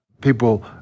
People